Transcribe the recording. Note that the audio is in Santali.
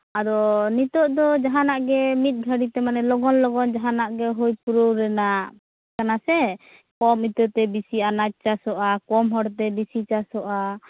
ᱟᱫᱚ ᱱᱤᱛᱚᱜ ᱫᱚ ᱡᱟᱦᱟᱸᱱᱟᱜ ᱜᱮ ᱢᱤᱫ ᱜᱷᱟᱲᱤᱡ ᱛᱮ ᱢᱟᱱᱮ ᱞᱚᱜᱚᱱ ᱞᱚᱜᱚᱱ ᱡᱟᱦᱟᱸᱱᱟᱜ ᱜᱮ ᱦᱩᱭ ᱯᱩᱨᱟᱹᱣ ᱨᱮᱱᱟᱜ ᱠᱟᱱᱟ ᱥᱮ ᱠᱚᱢ ᱤᱛᱟᱹᱛᱮ ᱵᱤᱥᱤ ᱟᱱᱟᱡᱽ ᱪᱟᱥᱚᱜᱼᱟ ᱠᱚᱢ ᱦᱚᱲ ᱛᱮ ᱵᱤᱥᱤ ᱪᱟᱥᱚᱜᱼᱟ